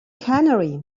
canary